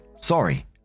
Sorry